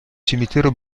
cimitero